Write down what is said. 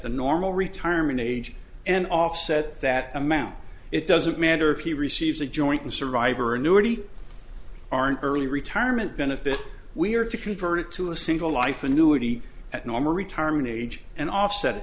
the normal retirement age and offset that amount it doesn't matter if he receives a joint survivor annuity are an early retirement benefit we are to convert to a single life annuity at normal retirement age and offset